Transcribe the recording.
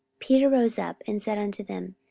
peter rose up, and said unto them,